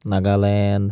Nagaland